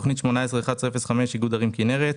תוכנית 181105 איגוד ערים כנרת: